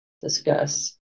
discuss